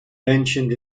mentioned